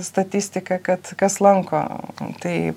statistiką kad kas lanko tai